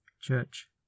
Church